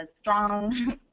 strong